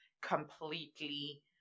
completely